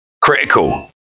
critical